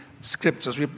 scriptures